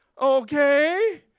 Okay